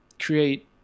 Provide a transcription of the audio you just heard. create